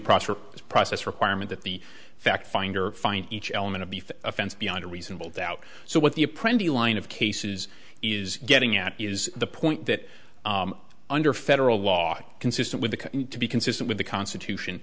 this process requirement that the fact finder find each element of the offense beyond a reasonable doubt so what the apprentice line of cases is getting at is the point that under federal law consistent with to be consistent with the constitution